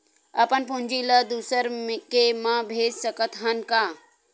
अपन पूंजी ला दुसर के मा भेज सकत हन का?